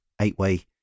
eight-way